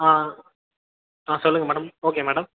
ஆ ஆ சொல்லுங்கள் madam okay madam